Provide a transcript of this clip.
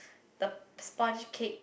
the sp~ sponge cake